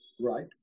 right